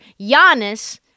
Giannis